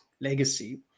legacy